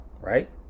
Right